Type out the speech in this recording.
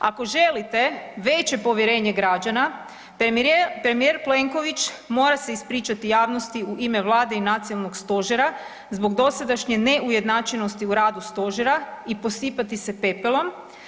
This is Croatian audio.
Ako želite veće povjerenje građana premijer Plenković mora se ispričati javnosti u ime Vlade i nacionalnog stožera zbog dosadašnje neujednačenosti u radu stožera i posipati se pepelom.